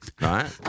right